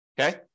Okay